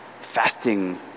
fasting